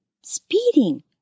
speeding